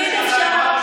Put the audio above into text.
יש גם צופה פני עתיד,